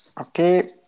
Okay